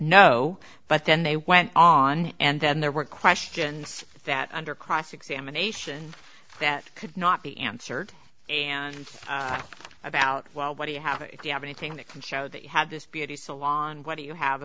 no but then they went on and then there were questions that under cross examination that could not be answered and about well what do you have if you have anything that can show that you have this beauty salon what do you have